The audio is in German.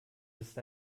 ist